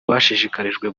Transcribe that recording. bashishikarijwe